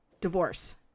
Divorce